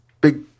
Big